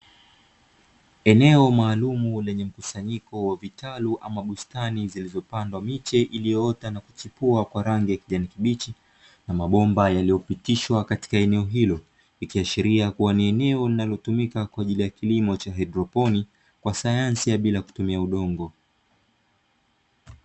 Eneo maalumu lenye mkusanyiko wa vitalu ama bustani ziliyopandwa miche iliyoota na kuchipua kwa rangi ya kijani kibichi, na mabomba yaliyopitishwa katika eneo hilo, yakiashiria kuwa ni eneo linatumika kwa ajili ya kilimo cha haidroponi, kwa sayansi bila kutumia udongo.